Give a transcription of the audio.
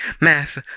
Mass